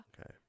okay